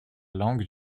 langue